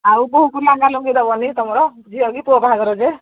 ଆଉ କେଉଁ କ ଲାଙ୍ଗା ଲୁଙ୍ଗି ଦେବନି ତୁମର ବି ଝିଅ କି ପୁଅ ବାହାଘର ଯେ